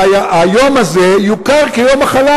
שהיום הזה יוכר כיום מחלה.